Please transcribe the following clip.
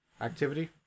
activity